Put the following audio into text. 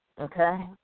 okay